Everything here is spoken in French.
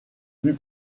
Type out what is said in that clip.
plus